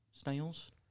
Snails